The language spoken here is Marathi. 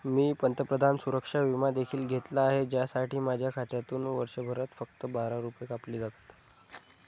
मी पंतप्रधान सुरक्षा विमा देखील घेतला आहे, ज्यासाठी माझ्या खात्यातून वर्षभरात फक्त बारा रुपये कापले जातात